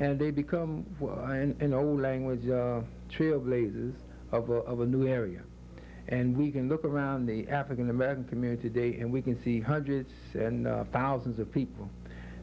and they become a language trailblazers of a new area and we can look around the african american community day and we can see hundreds and thousands of people